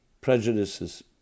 prejudices